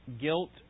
guilt